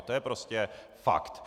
To je prostě fakt.